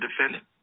defendant